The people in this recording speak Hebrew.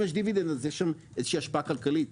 אם יש דיבידנד אז יש איזו השפעה כלכלית,